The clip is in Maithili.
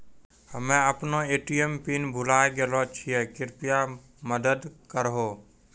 हम्मे अपनो ए.टी.एम पिन भुलाय गेलो छियै, कृपया मदत करहो